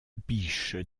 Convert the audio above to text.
biche